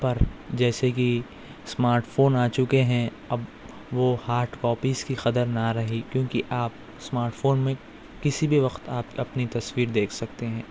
پر جیسے کہ smart phone آ چکے ہیں اب وہ ہارڈ کاپیز کی قدر نہ رہی کیونکہ آپ اسمارٹ فون میں کسی بھی وقت آپ اپنی تصویر دیکھ سکتے ہیں